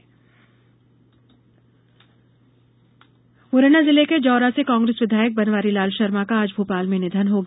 शर्मा निघन मुरैना जिले के जौरा से कांग्रेस विधायक बनवारी लाल शर्मा का आज भोपाल में निधन हो गया